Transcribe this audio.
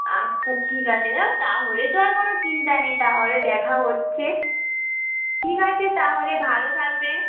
আচ্ছা ঠিক আছে ও তাহলে তো আর কোনো চিন্তা নেই তাহলে দেখা হচ্ছে ঠিক আছে তাহলে ভালো থাকবে